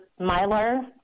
Mylar